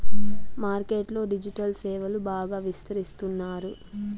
market లో digital సేవలు బాగా విస్తరిస్తున్నారు